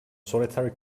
solitary